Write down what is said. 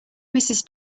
mrs